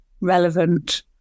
relevant